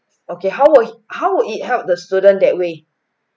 okay how would how would it help the student that way